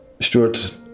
Stuart